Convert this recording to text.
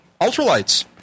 Ultralights